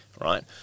right